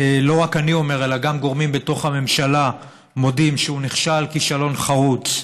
לא רק אני אומר אלא גם גורמים בתוך הממשלה מודים שהוא נכשל כישלון חרוץ.